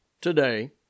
today